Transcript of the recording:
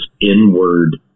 inward